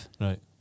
Right